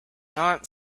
not